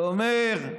הוא אומר: